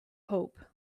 hope